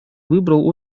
выбрал